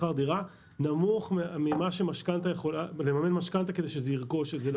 בשכר דירה נמוך מגובה הסכום שנדרש לממן משכנתה כדי לרכוש את זה.